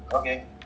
okay